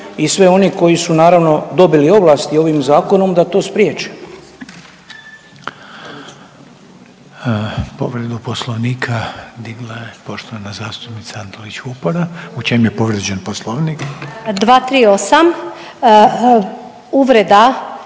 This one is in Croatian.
i svi oni koji su naravno dobili ovlasti ovim zakonom da to spriječe. **Reiner, Željko (HDZ)** Povredu poslovnika digla je poštovana zastupnica Antolić Vupora, u čem je povrijeđen poslovnik? **Antolić